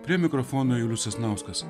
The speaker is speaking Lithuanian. prie mikrofono julius sasnauskas